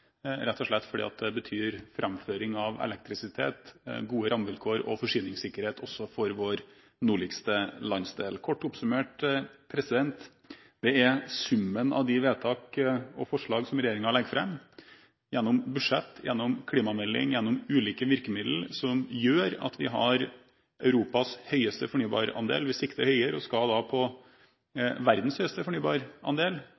rett og slett fordi det betyr framføring av elektrisitet, gode rammevilkår og forsyningssikkerhet også for vår nordligste landsdel. Kort oppsummert: Det er summen av de vedtak og forslag som regjeringen legger fram gjennom budsjett, klimamelding og ulike virkemiddel, som gjør at vi har Europas høyeste fornybarandel. Men vi sikter høyere – vi skal